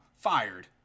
Fired